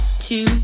two